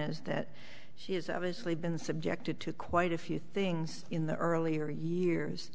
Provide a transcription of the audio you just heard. is that she has obviously been subjected to quite a few things in the earlier years